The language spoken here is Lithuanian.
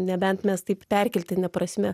nebent mes taip perkeltine prasme